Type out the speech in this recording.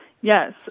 Yes